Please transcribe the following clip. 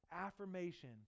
affirmation